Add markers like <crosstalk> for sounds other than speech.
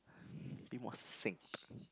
<breath> be more succinct